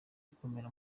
bikomeye